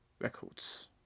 Records